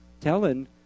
telling